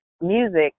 Music